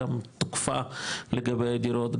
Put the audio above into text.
גם תקופה לגבי דירות,